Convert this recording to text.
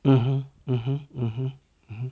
(uh huh) (uh huh) (uh huh)